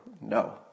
No